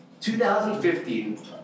2015